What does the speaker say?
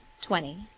Twenty